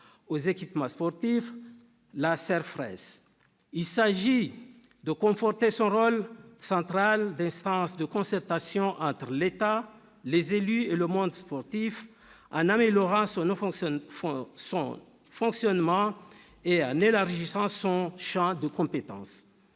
aux équipements sportifs, la CERFRES. Il s'agit de conforter son rôle central d'instance de concertation entre l'État, les élus et le monde sportif, en améliorant son fonctionnement et en élargissant son champ de compétences.